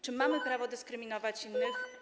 Czy mamy prawo dyskryminować innych?